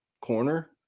corner